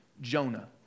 Jonah